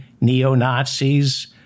neo-Nazis